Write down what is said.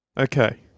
Okay